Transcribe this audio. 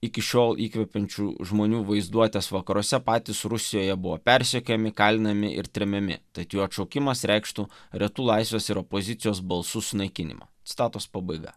iki šiol įkvepiančių žmonių vaizduotes vakaruose patys rusijoje buvo persekiojami kalinami ir tremiami tad jų atšaukimas reikštų retų laisvės ir opozicijos balsų sunaikinimą citatos pabaiga